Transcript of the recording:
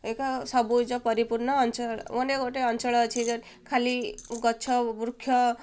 ଏକ ସବୁଜ ପରିପୂର୍ଣ୍ଣ ଅଞ୍ଚଳ ଗୋଟେ ଅଞ୍ଚଳ ଅଛି ଯେ ଖାଲି ଗଛ ବୃକ୍ଷ